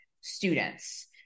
students